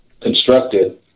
constructed